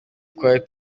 twari